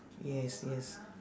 yes yes